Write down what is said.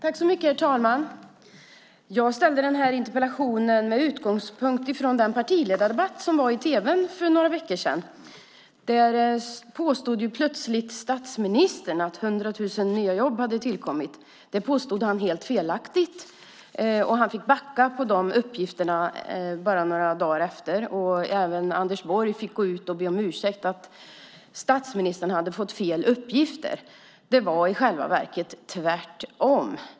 Herr talman! Jag ställde interpellationen med utgångspunkt i den partiledardebatt som var i tv för några veckor sedan. Där påstod plötsligt statsministern att 100 000 nya jobb hade tillkommit. Det påstod han helt felaktigt, och han fick backa på den uppgiften bara några dagar senare. Även Anders Borg fick gå ut och be om ursäkt för att statsministern hade fått fel uppgift; det var i själva verket tvärtom.